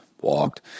walked